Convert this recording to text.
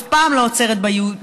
אף פעם לא עוצרת ביהודים,